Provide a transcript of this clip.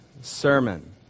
sermon